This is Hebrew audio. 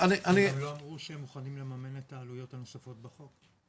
הם גם לא אמרו שהם מוכנים לממן את העלויות הנוספות בחוק.